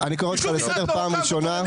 טוב, אני קורא אותך לסדר פעם ראשונה.